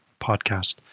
podcast